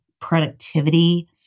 productivity